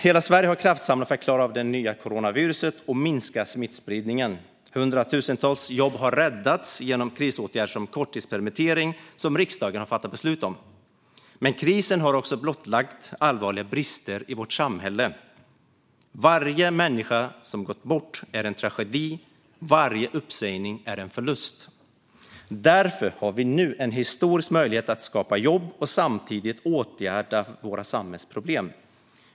Hela Sverige har kraftsamlat för att klara av det nya coronaviruset och minska smittspridningen. Hundratusentals jobb har räddats genom krisåtgärder som korttidspermittering, som riksdagen har fattat beslut om. Men krisen har blottlagt allvarliga brister i vårt samhälle. Varje människa som gått bort är en tragedi. Varje uppsägning är en förlust. Därför har vi nu en historisk möjlighet att skapa jobb och samtidigt åtgärda våra samhällsproblem.